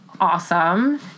awesome